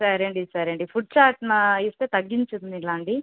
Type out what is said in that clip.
సరే అండి సరే అండి ఫుడ్ చార్ట్ మా ఇస్తే తగ్గిస్తుందా ఇలా అండి